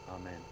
Amen